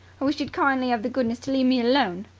i wish you'd kindly have the goodness to leave me alone.